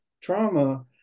trauma